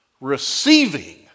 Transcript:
receiving